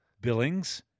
Billings